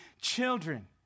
Children